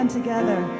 together